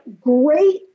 great